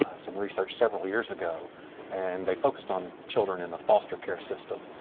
some research several years ago and they focused on children in the foster care system.